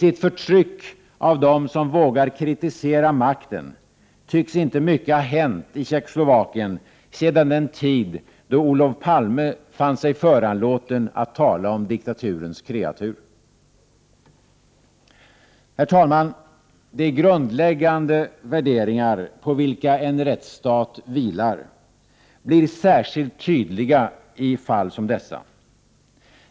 I förtrycket av dem som vågar kritisera makten tycks inte mycket ha hänt i Tjeckoslovakien sedan den tid då Olof Palme fann sig föranlåten att tala om diktaturens kreatur. Herr talman! De grundläggande värderingar på vilka en rättsstat vilar, blir särskilt tydliga i fall som dessa.